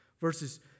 Verses